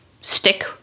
stick